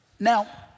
Now